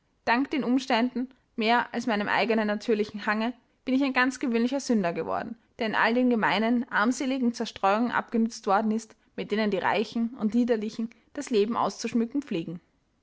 dank den umständen mehr als meinem eigenen natürlichen hange bin ich ein ganz gewöhnlicher sünder geworden der in all den gemeinen armseligen zerstreuungen abgenützt worden ist mit denen die reichen und liederlichen das leben auszuschmücken pflegen